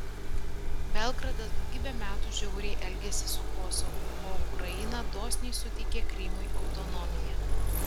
belgradas daugybę metų žiauriai elgėsi su kosovu o ukraina dosniai suteikė krymui autonomiją